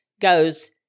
goes